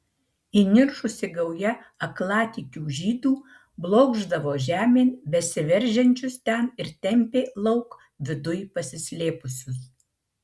įniršusi gauja aklatikių žydų blokšdavo žemėn besiveržiančius ten ir tempė lauk viduj pasislėpusius